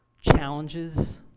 challenges